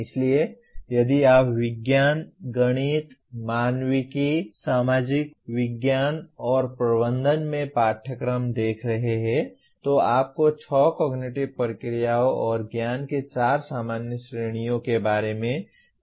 इसलिए यदि आप विज्ञान गणित मानविकी सामाजिक विज्ञान और प्रबंधन में पाठ्यक्रम देख रहे हैं तो आपको छह कॉग्निटिव प्रक्रियाओं और ज्ञान की चार सामान्य श्रेणियों के बारे में चिंता करने की आवश्यकता है